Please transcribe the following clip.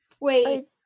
Wait